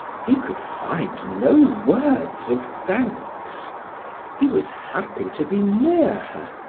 he could find no words of thanks he was happy to be near her,